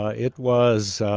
ah it was